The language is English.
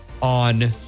on